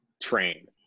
train